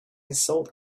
sold